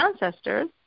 ancestors